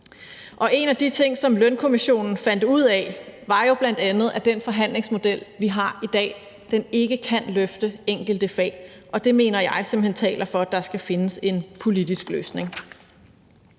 en af de ting, som Lønkommissionen fandt ud af, var jo bl.a., at den forhandlingsmodel, vi har i dag, ikke kan løfte enkelte fag, og det mener jeg simpelt hen taler for at der skal findes en politisk løsning.